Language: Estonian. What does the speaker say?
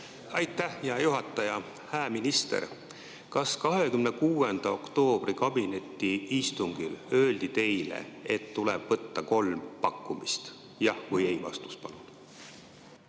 Aitäh, hea juhataja! Hää minister! Kas 26. oktoobri kabinetiistungil öeldi teile, et tuleb võtta kolm pakkumist? Jah- või ei-vastust palun.